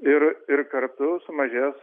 ir ir kartu sumažės